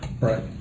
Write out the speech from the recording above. Right